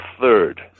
third